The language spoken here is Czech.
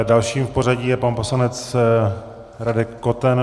Dalším v pořadí je pan poslanec Radek Koten.